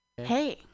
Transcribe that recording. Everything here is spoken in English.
Hey